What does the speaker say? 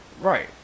Right